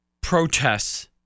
protests